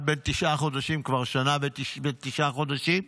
אחד בן תשעה חודשים, כבר שנה ותשעה חודשים,